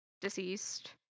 deceased